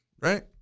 right